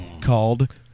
called